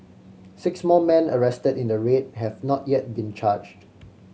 six more man arrested in the raid have not yet been charged